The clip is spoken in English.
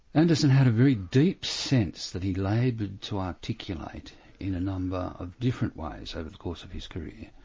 anderson had a very deep sense that he laboured to articulate in a number of different ways over the course of his career,